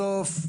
בסוף,